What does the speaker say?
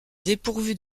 dépourvues